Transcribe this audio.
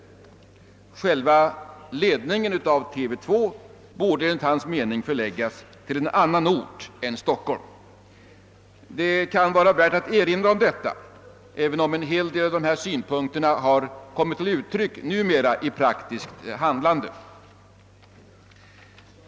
Själva ledningen av TV 2 borde enligt hans mening förläggas till en annan ort än Stockholm. Det kan vara värt att erinra om detta, även om en hel del av dessa synpunkter numera har kommit till uttryck i praktiskt handlande.